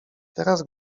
teraz